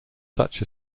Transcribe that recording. such